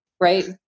Right